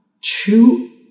two